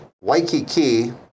Waikiki